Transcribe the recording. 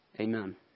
Amen